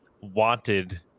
wanted